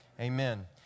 Amen